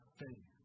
faith